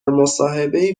مصاحبهای